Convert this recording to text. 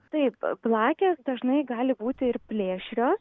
taip blakės dažnai gali būti ir plėšrios